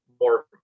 more